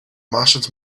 martians